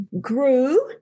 grew